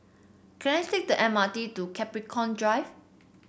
can I take the M R T to Capricorn Drive